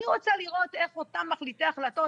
אני רוצה לראות איך אותם מחליטי החלטות